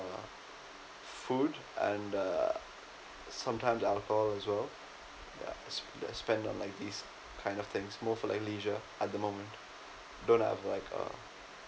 food and uh sometimes alcohol as well ya that I spend on these kinds of things most like leisure at the moment don't have like uh